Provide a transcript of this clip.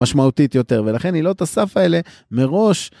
משמעותית יותר, ולכן עילות הסף האלה מראש..